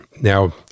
now